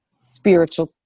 spiritual